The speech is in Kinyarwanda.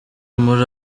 muri